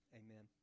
amen